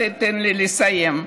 תן לי לסיים.